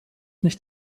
nicht